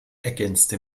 ergänzte